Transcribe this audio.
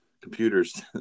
computers